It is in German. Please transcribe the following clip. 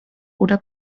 oder